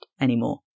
anymore